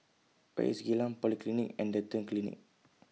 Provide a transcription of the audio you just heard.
Where IS Geylang Polyclinic and Dental Clinic